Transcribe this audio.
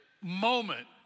moment